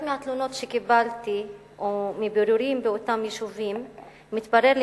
רק מהתלונות שקיבלתי או מבירורים באותם יישובים מתברר,